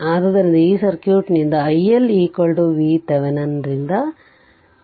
ಆದ್ದರಿಂದ ಈ ಸರ್ಕ್ಯೂಟ್ನಿಂದ iL VThevenin ರಿಂದ RThevenin RL